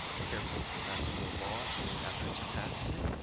be careful not to go long. only after it surpasses it.